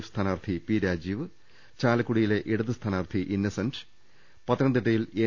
F സ്ഥാനാർത്ഥി P Rajeev ചാലക്കുടിയിലെ ഇടത് സ്ഥാനാർത്ഥി ഇന്നസെന്റ് പത്തനംതിട്ടയിൽ എൻ